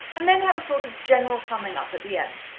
and then have a sort of general summing up at the end.